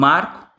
Marco